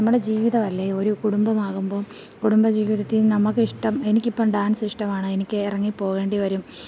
നമ്മുടെ ജീവിതമല്ലേ ഒരു കുടുംബമാവുമ്പോള് കുടുംബ ജീവിതത്തീന്ന് നമ്മള്ക്കിഷ്ടം എനിക്കിപ്പോള് ഡാൻസ് ഇഷ്ടമാണെങ്കില് എനിക്ക് ഇറങ്ങി പോവേണ്ടി വരും